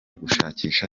gushakisha